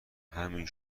همین